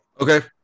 Okay